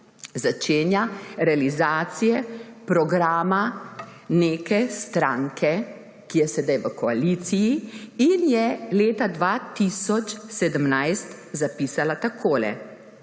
začenja realizacije programa neke stranke, ki je sedaj v koaliciji in je leta 2017 zapisala takole: